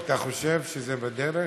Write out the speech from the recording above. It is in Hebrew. אתה חושב שזה בדרך?